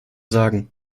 sagen